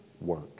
work